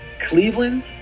Cleveland